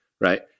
right